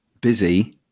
busy